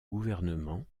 gouvernement